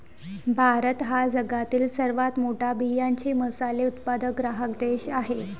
भारत हा जगातील सर्वात मोठा बियांचे मसाले उत्पादक ग्राहक देश आहे